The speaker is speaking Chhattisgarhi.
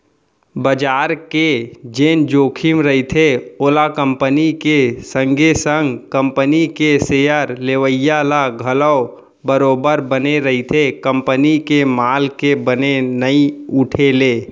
बजार के जेन जोखिम रहिथे ओहा कंपनी के संगे संग कंपनी के सेयर लेवइया ल घलौ बरोबर बने रहिथे कंपनी के माल के बने नइ उठे ले